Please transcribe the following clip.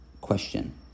question